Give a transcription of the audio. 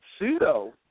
Pseudo